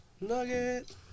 Nugget